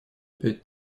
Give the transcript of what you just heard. пять